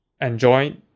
enjoy